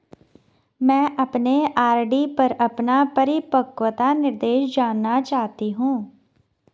मैं अपने आर.डी पर अपना परिपक्वता निर्देश जानना चाहती हूँ